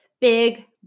big